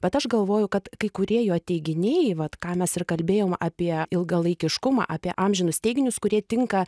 bet aš galvoju kad kai kurie jo teiginiai vat ką mes ir kalbėjom apie ilgalaikiškumą apie amžinus teiginius kurie tinka